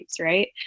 right